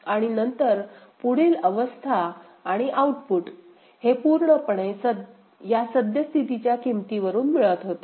आणि नंतर पुढील अवस्था आणि आउटपुट हे पूर्णपणे या सद्यस्थितीच्या किमतीवरून मिळत होते